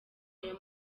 ayo